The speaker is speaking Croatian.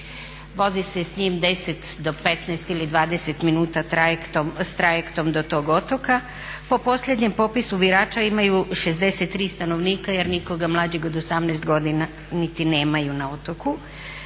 Vozi se s njim 10 do 15 ili 20 minuta trajektom do tog otoka. Po posljednjem popisu birača imaju 63 stanovnika jer nikoga mlađeg od 18 godina niti nemaju na otoku.